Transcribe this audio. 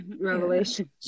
Revelation